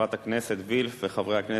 חברת הכנסת וילף וחברי הכנסת,